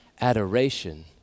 adoration